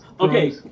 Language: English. Okay